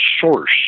source